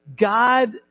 God